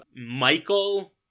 Michael